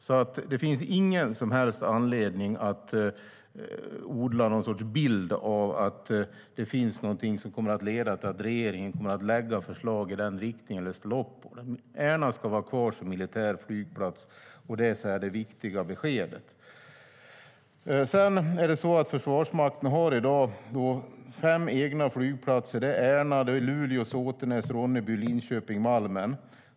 Det finns ingen som helst anledning att odla någon sorts bild av att det finns någonting som kommer att leda till att regeringen kommer att lägga fram förslag i den riktningen. Ärna ska vara kvar som militär flygplats. Det är det viktiga beskedet. Försvarsmakten har i dag fem egna flygplatser. Det är Ärna, Luleå, Såtenäs, Ronneby och Linköping-Malmen.